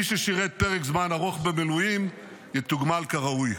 מי ששירת פרק זמן ארוך במילואים יתוגמל כראוי.